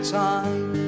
time